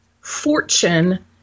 fortune